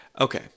Okay